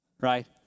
Right